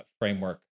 framework